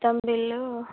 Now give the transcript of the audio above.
మొత్తం బిల్లు